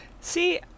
see